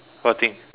what thing